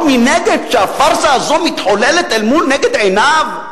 מנגד כשהפארסה הזאת מתחוללת אל נגד עיניו?